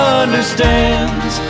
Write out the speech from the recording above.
understands